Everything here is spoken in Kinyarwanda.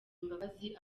imbabazi